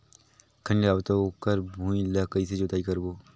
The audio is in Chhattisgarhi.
खैनी लगाबो ता ओकर भुईं ला कइसे जोताई करबो?